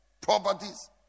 properties